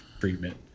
treatment